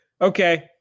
Okay